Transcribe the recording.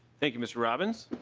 thank you mr. robbins.